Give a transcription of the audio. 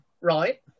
right